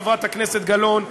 חברת הכנסת גלאון,